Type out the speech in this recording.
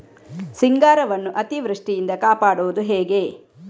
ಸಿಂಗಾರವನ್ನು ಅತೀವೃಷ್ಟಿಯಿಂದ ಕಾಪಾಡುವುದು ಹೇಗೆ?